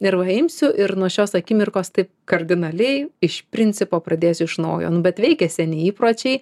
ir va imsiu ir nuo šios akimirkos taip kardinaliai iš principo pradėsiu iš naujo bet veikia seni įpročiai